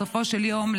בסופו של יום,